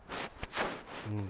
mm